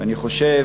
ואני חושב